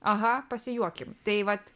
aha pasijuokim tai vat